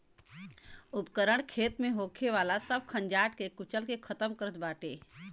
उपकरण खेत में होखे वाला सब खंजाट के कुचल के खतम करत बाटे